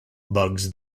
bugs